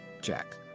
Jack